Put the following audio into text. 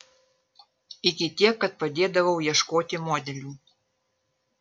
iki tiek kad padėdavau ieškoti modelių